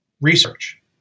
research